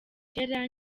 kera